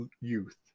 youth